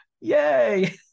yay